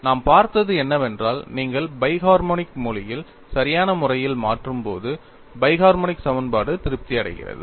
நாம் பார்த்தது என்னவென்றால் நீங்கள் பை ஹார்மொனிக் மொழியில் சரியான முறையில் மாற்றும்போது பை ஹார்மொனிக் சமன்பாடு திருப்தி அடைகிறது